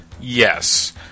Yes